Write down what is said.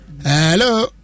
Hello